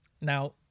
now